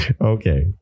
okay